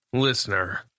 Listener